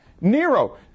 Nero